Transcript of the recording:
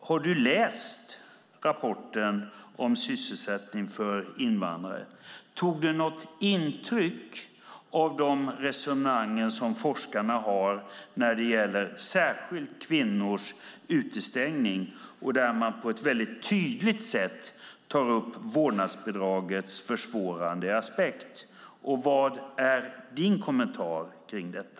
Har du läst rapporten om sysselsättning för invandrare? Har du tagit intryck av forskarnas resonemang särskilt när det gäller kvinnors utestängning? Väldigt tydligt tar man upp aspekten på vårdnadsbidraget som försvårande. Vilken är din kommentar till detta?